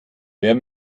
wer